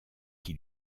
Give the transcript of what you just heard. qui